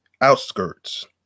outskirts